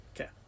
Okay